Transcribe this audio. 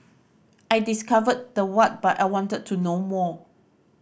I discovered the what but I wanted to know more